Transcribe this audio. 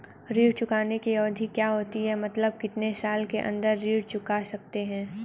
ऋण चुकाने की अवधि क्या होती है मतलब कितने साल के अंदर ऋण चुका सकते हैं?